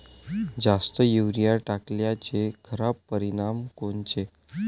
जास्त युरीया टाकल्याचे खराब परिनाम कोनचे?